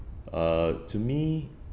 uh to me